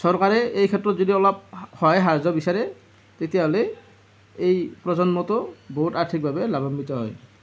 চৰকাৰে এই ক্ষেত্ৰত যদি অলপ সহায় সাহায্য বিচাৰে তেতিয়াহ'লে এই প্ৰজন্মটো বহুত আৰ্থিকভাৱে লাভান্বিত হয়